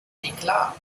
eklat